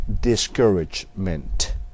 discouragement